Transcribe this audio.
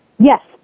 Yes